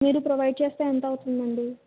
మీరు ప్రొవైడ్ చేస్తే ఎంతవుతుందండి